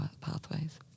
pathways